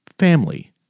family